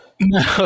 No